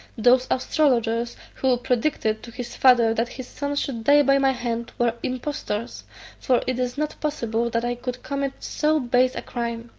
those astrologers who predicted to his father that his son should die by my hand were impostors for it is not possible that i could commit so base a crime.